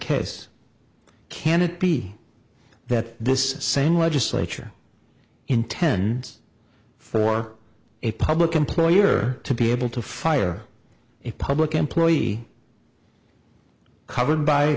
case can it be that this same legislature intends for a public employer to be able to fire a public employee covered by